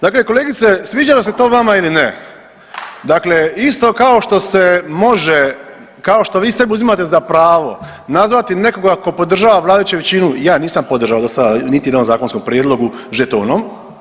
Dakle, kolegice sviđalo se to vama ili dakle isto kao što se može, kao što vi sebi uzimati za pravo nazvati nekoga tko podržava vladajuću većinu ja ju nisam podržao dosada niti u jednom zakonskom prijedlogu žetonom.